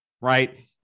right